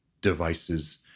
devices